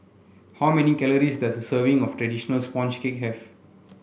how many calories does a serving of traditional sponge cake have